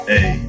Hey